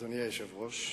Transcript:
אדוני היושב-ראש,